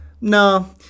no